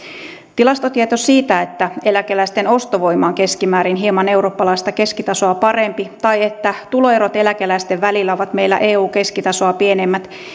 tilastotieto siitä että eläkeläisten ostovoima on keskimäärin hieman eurooppalaista keskitasoa parempi tai että tuloerot eläkeläisten välillä ovat meillä eun keskitasoa pienemmät